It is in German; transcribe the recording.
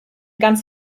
ganz